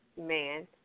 man